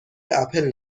اپل